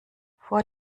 vor